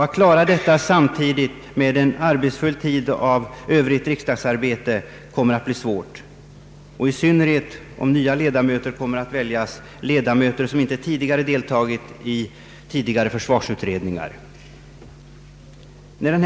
Att klara detta när man samtidigt är fullt upptagen av Övrigt riksdagsarbete kommer att bli svårt, i synnerhet om nya ledamöter, som inte tidigare deltagit i försvarsutredningar, kommer att väljas.